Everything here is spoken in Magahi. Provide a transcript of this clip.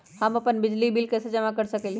हम अपन बिजली बिल कैसे जमा कर सकेली?